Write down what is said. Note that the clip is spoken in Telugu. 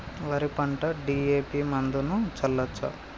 వరి పంట డి.ఎ.పి మందును చల్లచ్చా?